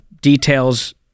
details